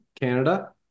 Canada